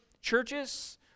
churches